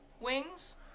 wings